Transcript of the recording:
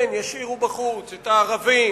כן, ישאירו בחוץ, את הערבים,